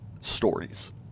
stories